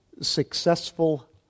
successful